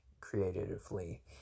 creatively